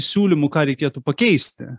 siūlymų ką reikėtų pakeisti